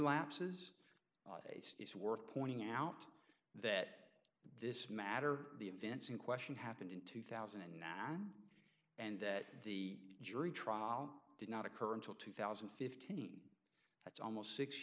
lapses it's worth pointing out that this matter the events in question happened in two thousand and nine and that the jury trial did not occur until two thousand and fifteen that's almost six